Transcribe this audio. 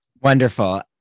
Wonderful